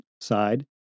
side